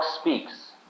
Speaks